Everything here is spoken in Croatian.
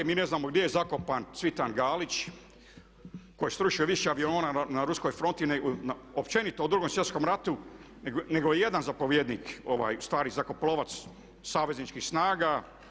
Mi ne znamo gdje je zakopan Cvitan Galić, koji je srušio više aviona na ruskoj fronti općenito u drugom svjetskom ratu nego ijedan zapovjednik stari zrakoplovac savezničkih snaga.